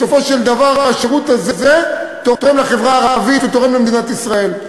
בסופו של דבר השירות הזה תורם לחברה הערבית ותורם למדינת ישראל,